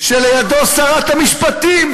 שלידו שרת המשפטים,